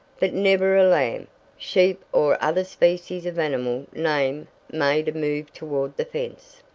but never a lamb, sheep or other species of animal named made a move toward the fence.